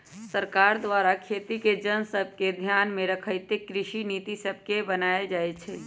सरकार द्वारा खेती के जन सभके ध्यान में रखइते कृषि नीति सभके बनाएल जाय के चाही